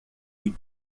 die